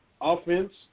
offense